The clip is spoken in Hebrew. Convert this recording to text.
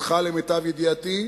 ידידך למיטב ידיעתי: